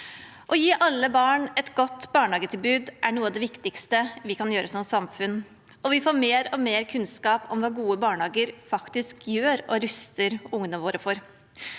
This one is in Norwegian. Å gi alle barn et godt barnehagetilbud er noe av det viktigste vi kan gjøre som samfunn, og vi får mer og mer kunnskap om hva gode barnehager faktisk gjør, og ruster ungene våre for.